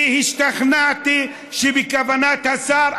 כי השתכנעתי שבכוונת השר,